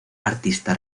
artista